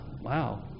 wow